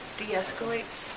de-escalates